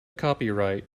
copyright